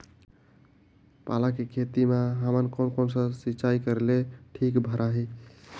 पाला के खेती मां हमन कोन कोन समय सिंचाई करेले ठीक भराही?